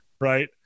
Right